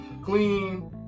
Clean